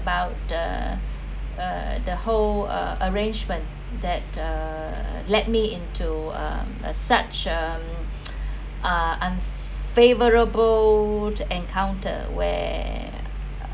about uh uh the whole uh arrangement that uh let me into a a such um uh unfavourable encounter where